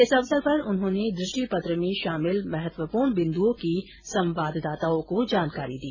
इस अवसर पर उन्होंने दृष्टि पत्र में शामिल महत्वपूर्ण बिन्दुओं की संवाददाताओं को जानकारी दी